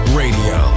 radio